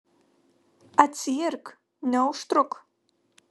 atsiirk neužtruk